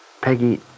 Peggy